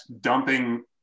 dumping